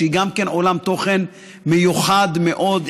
שגם היא עולם תוכן מיוחד מאוד,